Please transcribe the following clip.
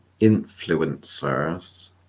influencers